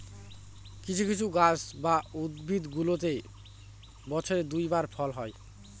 কিছু কিছু গাছ বা উদ্ভিদগুলোতে বছরে দুই বার ফল হয়